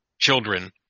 children